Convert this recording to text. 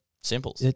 simple